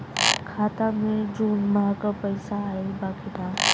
खाता मे जून माह क पैसा आईल बा की ना?